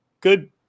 good, –